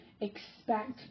expect